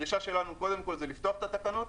הדרישה שלנו קודם כל היא לפתוח את התקנות.